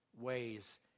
ways